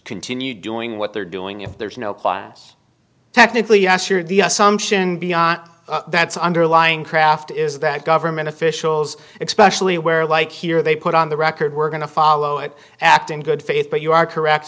continue doing what they're doing if there's no class technically yes sure the assumption beyond that's underlying craft is that government officials expect where like here they put on the record we're going to follow it act in good faith but you are correct